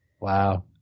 Wow